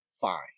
fine